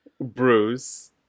Bruce